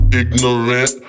ignorant